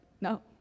no